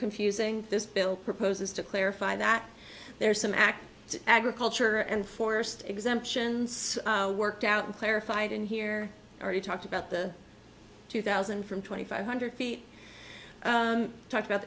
confusing this bill proposes to clarify that there's some act to agriculture and forced exemptions worked out and clarified and here already talked about the two thousand from twenty five hundred feet talked about